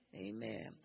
Amen